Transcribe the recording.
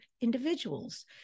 individuals